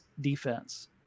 defense